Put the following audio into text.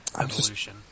Evolution